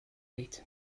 wait